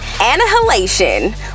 Annihilation